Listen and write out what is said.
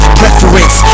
preference